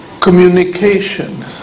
communication